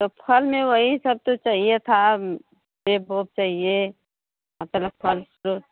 तो फल में वही सब तो चाहिए था सेब ऊब चाहिए